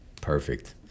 perfect